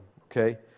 okay